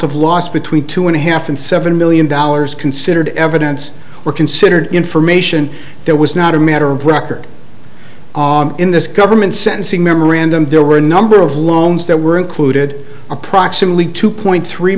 of loss between two and a half and seven million dollars considered evidence were considered information that was not a matter of record in this government sentencing memorandum there were a number of loans that were included approximately two point three